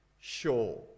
Sure